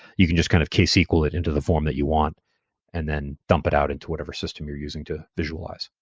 you can just kind of ksql it into the form that you want and then dump it out into whatever system you are using to visualize.